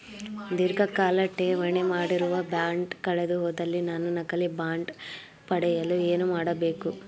ಧೀರ್ಘಕಾಲ ಠೇವಣಿ ಮಾಡಿರುವ ಬಾಂಡ್ ಕಳೆದುಹೋದಲ್ಲಿ ನಾನು ನಕಲಿ ಬಾಂಡ್ ಪಡೆಯಲು ಏನು ಮಾಡಬೇಕು?